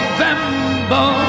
November